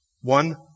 one